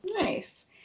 Nice